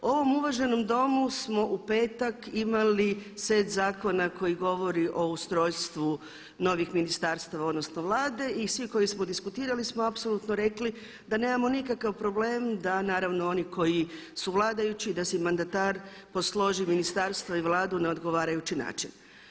U ovom uvaženom Domu smo u petak imali set zakona koji govori o ustrojstvu novih ministarstava odnosno Vlade i svi koji smo diskutirali smo apsolutno rekli da nemamo nikakav problem da naravno oni koji su vladajući da si mandatar posloži ministarstva i vladu na odgovarajući način.